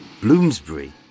Bloomsbury